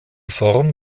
form